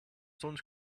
stones